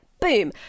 Boom